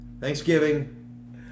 Thanksgiving